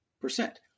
percent